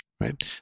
right